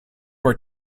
were